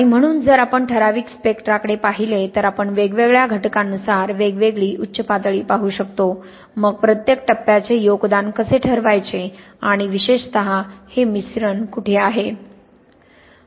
आणि म्हणून जर आपण ठराविक स्पेक्ट्राकडे पाहिले तर आपण वेगवेगळ्या घटकांनुसार वेगवेगळी उच्च पातळी पाहू शकतो मग प्रत्येक टप्प्याचे योगदान कसे ठरवायचे आणि विशेषत हे मिश्रण कुठे आहे